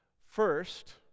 First